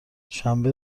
شنبه